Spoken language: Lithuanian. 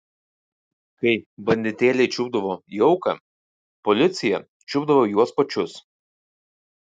kai banditėliai čiupdavo jauką policija čiupdavo juos pačius